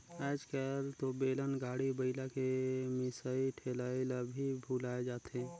आयज कायल तो बेलन, गाड़ी, बइला के मिसई ठेलई ल भी भूलाये जाथे